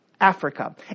Africa